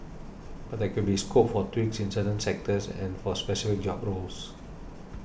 but there could be scope for tweaks in certain sectors and for specific job roles